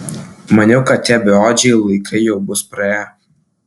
maniau kad tie beodžiai laikai jau bus praėję